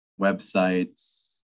websites